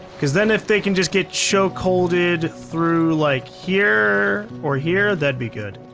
because then if they can just get choke holded through like here or here. that'd be good.